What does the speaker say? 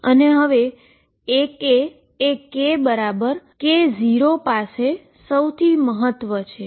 અને હવે કારણ કે A એ K બરાબર K0 પારે સૌથી મહત્તમ છે